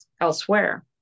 elsewhere